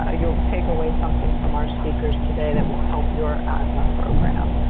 ah you'll but take away something from our speakers today that will help your asthma program.